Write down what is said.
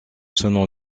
selon